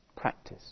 practice